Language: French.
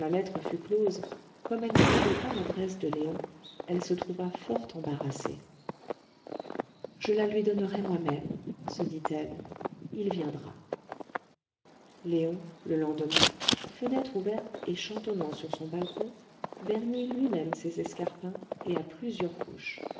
lettre fut close comme elle ne savait pas l'adresse de léon elle se trouva fort embarrassée je la lui donnerai moi-même se dit-elle il viendra léon le lendemain fenêtre ouverte et chantonnant sur son balcon vernit lui-même ses escarpins et à plusieurs couches